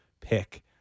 pick